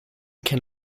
can